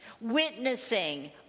witnessing